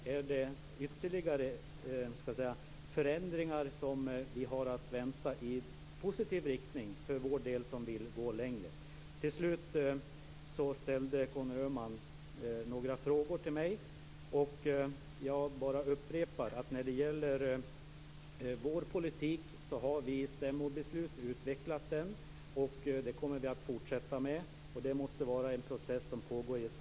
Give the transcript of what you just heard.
Har vi ytterligare förändringar i positiv riktning att vänta? Till sist ställde Conny Öhman några frågor till mig. Jag vill bara upprepa att vi har utvecklat vår politik genom stämmobeslut, och det kommer vi att fortsätta med. Det måste vara en pågående process.